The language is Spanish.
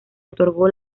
otorgó